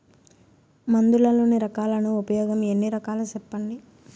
మందులలోని రకాలను ఉపయోగం ఎన్ని రకాలు? సెప్పండి?